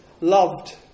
loved